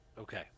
Okay